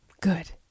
Good